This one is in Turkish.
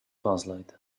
fazlaydı